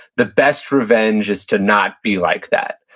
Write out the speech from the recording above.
the best revenge is to not be like that.